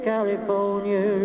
California